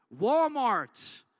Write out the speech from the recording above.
Walmart